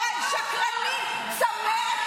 אוי לאוזניים שכך שומעות.